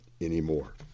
anymore